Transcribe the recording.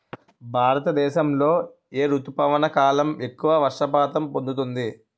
భారతదేశంలో ఏ రుతుపవన కాలం ఎక్కువ వర్షపాతం పొందుతుంది?